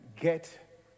get